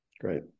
great